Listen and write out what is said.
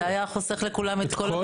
זה היה חוסך לכולם את כל הבלגן.